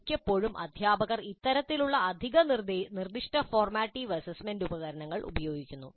മിക്കപ്പോഴും അധ്യാപകർ ഇത്തരത്തിലുള്ള അധിക നിർദ്ദിഷ്ട ഫോർമാറ്റീവ് അസസ്മെന്റ് ഉപകരണങ്ങൾ ഉപയോഗിക്കുന്നു